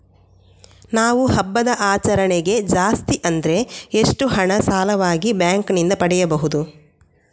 ನಾವು ಹಬ್ಬದ ಆಚರಣೆಗೆ ಜಾಸ್ತಿ ಅಂದ್ರೆ ಎಷ್ಟು ಹಣ ಸಾಲವಾಗಿ ಬ್ಯಾಂಕ್ ನಿಂದ ಪಡೆಯಬಹುದು?